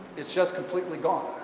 it's just completely gone.